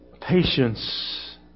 Patience